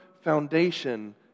foundation